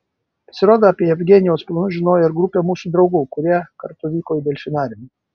pasirodo apie jevgenijaus planus žinojo ir grupė mūsų draugų kurie kartu vyko į delfinariumą